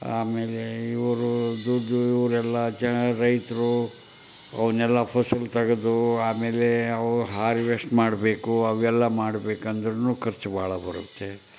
ಆಮೇಲೆ ಇವರು ದುಡ್ದು ಇವರೆಲ್ಲ ಜನ ರೈತರು ನೆಲ ಫಸಲು ತೆಗೆದು ಆಮೇಲೆ ಅವು ಹಾರ್ವೆಸ್ಟ್ ಮಾಡಬೇಕು ಅವೆಲ್ಲ ಮಾಡಬೇಕಂದ್ರೂ ಖರ್ಚು ಬಹಳ ಬರುತ್ತೆ